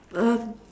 uh